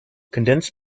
condensed